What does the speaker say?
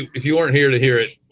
if you weren't here to hear it.